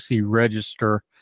Register